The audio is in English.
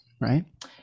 right